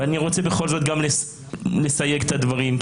ואני רוצה בכל זאת גם לסייג את הדברים,